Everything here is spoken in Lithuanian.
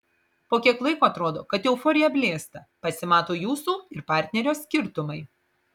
po kiek laiko atrodo kad euforija blėsta pasimato jūsų ir partnerio skirtumai